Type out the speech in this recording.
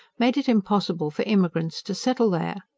made it impossible for immigrants to settle there.